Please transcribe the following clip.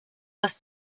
dass